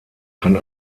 kann